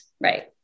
Right